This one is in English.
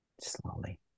slowly